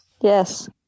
Yes